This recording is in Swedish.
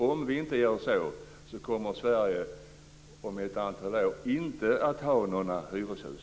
Om vi inte gör så, kommer Sverige om ett antal år inte att ha några hyreshus.